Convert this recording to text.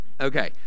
Okay